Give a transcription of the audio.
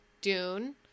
Dune